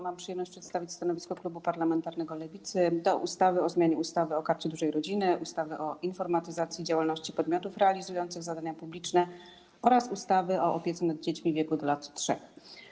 Mam przyjemność przedstawić stanowisko klubu parlamentarnego Lewicy wobec projektu ustawy o zmianie ustawy o Karcie Dużej Rodziny, ustawy o informatyzacji działalności podmiotów realizujących zadania publiczne oraz ustawy o opiece nad dziećmi w wieku do lat 3.